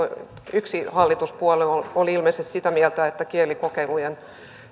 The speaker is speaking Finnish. yksi hallituspuolue oli ilmeisesti sitä mieltä että kielikokeilujen